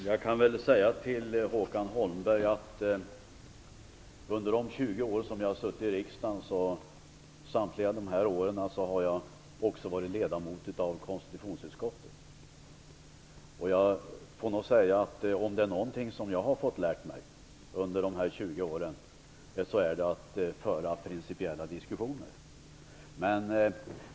Fru talman! Under de 20 år som jag har suttit i riksdagen har jag också varit ledamot i konstitutionsutskottet. Om det är någonting jag har fått lära mig under dessa 20 år så är det att föra principiella diskussioner.